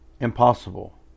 impossible